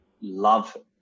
love